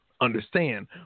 Understand